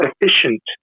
efficient